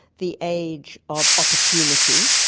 the age of opportunity,